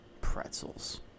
Pretzels